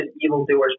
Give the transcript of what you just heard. evildoers